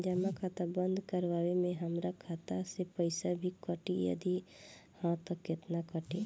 जमा खाता बंद करवावे मे हमरा खाता से पईसा भी कटी यदि हा त केतना कटी?